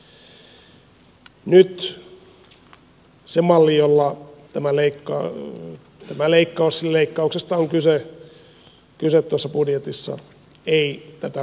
nyt se malli jolla tämä leikkaus tehdään leikkauksesta on kyse tässä budjetissa ei tätä vaatimusta toteuta